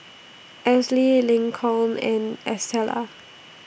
Elzy Lincoln and Estela